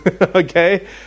Okay